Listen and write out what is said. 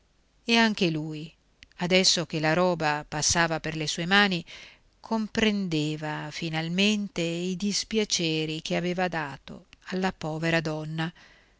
e anche lui adesso che la roba passava per le sue mani comprendeva finalmente i dispiaceri che aveva dato alla povera donna